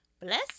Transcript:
Bless